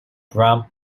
brown